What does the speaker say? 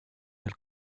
del